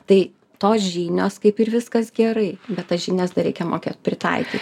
tai tos žinios kaip ir viskas gerai bet tas žinias dar reikia mokėt pritaikyti